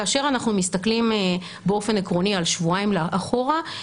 כאשר אנחנו מסתכלים באופן עקרוני על שבועיים אחורה,